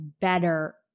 better